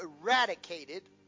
eradicated